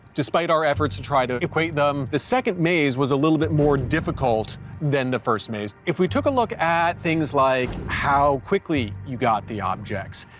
despite our efforts to try to equate them. the second maze was a little bit more difficult than the first maze, if we took a look at things like how quickly you got the objects,